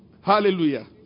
Hallelujah